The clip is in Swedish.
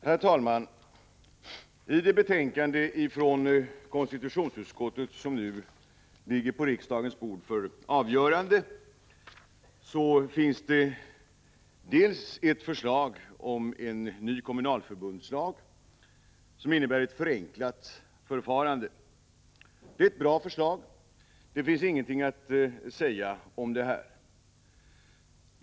Herr talman! I det betänkande från konstitutionsutskottet som nu ligger på riksdagens bord för avgörande finns ett förslag om en ny kommunalförbundslag som innebär ett förenklat förfarande. Det är ett bra förslag, och det finns ingenting att säga om det.